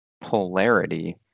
polarity